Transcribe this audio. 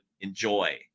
enjoy